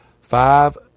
five